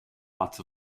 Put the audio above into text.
lots